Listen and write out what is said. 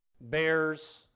bears